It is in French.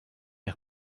mes